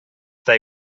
they